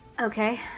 Okay